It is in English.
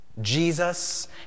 Jesus